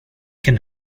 can